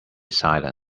silent